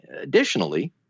additionally